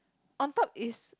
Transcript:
on top is